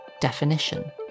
Definition